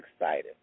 excited